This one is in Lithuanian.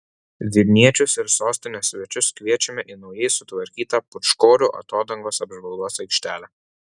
vilniečius ir sostinės svečius kviečiame į naujai sutvarkytą pūčkorių atodangos apžvalgos aikštelę